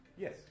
Yes